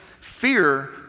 fear